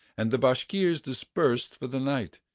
and the bashkirs dispersed for the night,